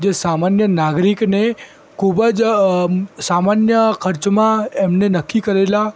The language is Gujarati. જે સામાન્ય નાગરિકને ખૂબ જ સામાન્ય ખર્ચમાં એમને નક્કી કરેલાં